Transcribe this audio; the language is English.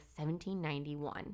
1791